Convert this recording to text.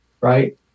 right